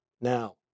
Now